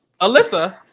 Alyssa